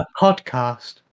podcast